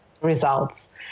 results